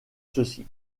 ceci